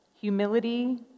humility